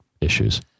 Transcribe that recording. issues